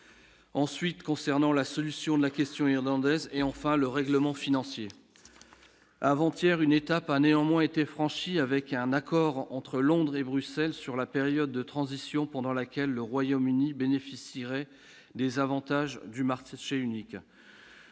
Ensuite, concernant la solution de la question irlandaise et enfin le règlement financier avant hier une étape, a néanmoins été franchi avec un accord entre Londres et Bruxelles, sur la période de transition pendant laquelle le Royaume-Uni bénéficieraient des avantages du March est unique,